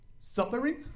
suffering